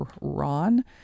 Ron